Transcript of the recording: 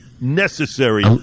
necessary